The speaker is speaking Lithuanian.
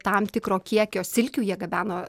tam tikro kiekio silkių jie gabeno